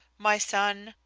my son,